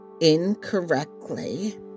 incorrectly